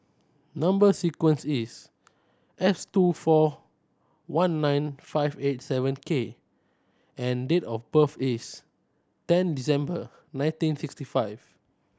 number sequence is S two four one nine five eight seven K and date of birth is ten December nineteen sixty five